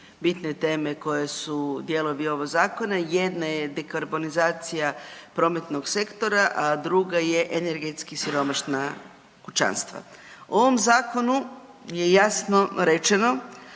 bitne teme koje su dijelovi onog Zakona. Jedna je dekarbonizacija prometnog sektora, a druga je energetski siromašna kućanstva. U ovom Zakonu je jasno rečeno